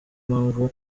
mpamvu